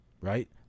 Right